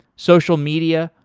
social media,